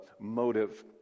motive